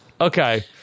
Okay